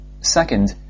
Second